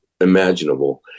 imaginable